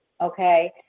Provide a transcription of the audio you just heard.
okay